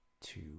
two